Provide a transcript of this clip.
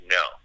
no